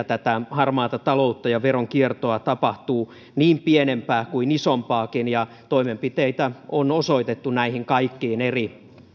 tätä harmaata taloutta ja veronkiertoa tapahtuu niin pienempää kuin isompaakin ja toimenpiteitä on osoitettu näihin kaikkiin eri